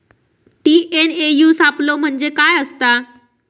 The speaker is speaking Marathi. टी.एन.ए.यू सापलो म्हणजे काय असतां?